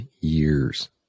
years